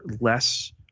less